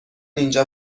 اینجا